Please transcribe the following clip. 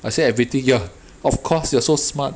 I say everything ya of course you're so smart